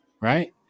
Right